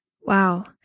Wow